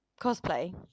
Cosplay